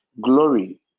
Glory